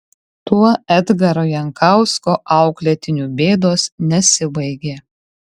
tuo edgaro jankausko auklėtinių bėdos nesibaigė